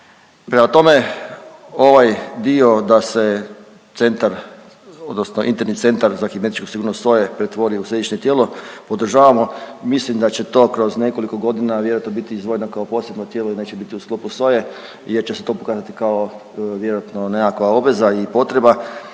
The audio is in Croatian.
Prema tome ovaj dio da se centar odnosno interni centar za kibernetičku sigurnost SOA-e pretvori u središnje tijelo, podržavamo. Mislim da će to kroz nekoliko godina vjerojatno biti izdvojeno kao posebno tijelo i neće biti u sklopu SOA-e jer će se to pokazati kao vjerojatno nekakva obveza i potreba